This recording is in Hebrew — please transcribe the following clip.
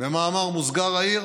במאמר מוסגר אעיר